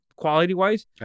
Quality-wise